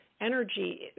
energy